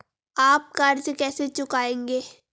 आप कर्ज कैसे चुकाएंगे?